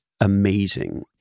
amazing